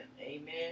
Amen